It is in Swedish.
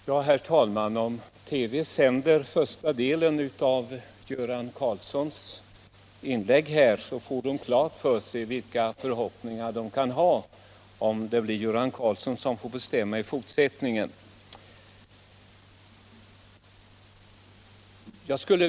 Herr talman! Om TV sänder första delen av Göran Karlssons inlägg, så får THX-patienterna klart för sig vilka små förhoppningar de kan ha, ifall Göran Karlsson får bestämma i fortsättningen.